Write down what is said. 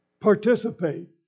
Participate